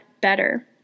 better